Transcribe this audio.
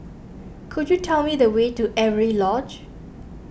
could you tell me the way to Avery Lodge